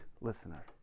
listener